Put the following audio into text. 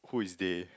who is they